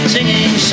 Singing